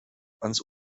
ans